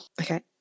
okay